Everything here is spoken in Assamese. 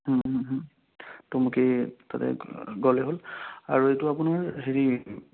টুমুকী তাতে গ'লেই হ'ল আৰু এইটো আপোনাৰ হেৰি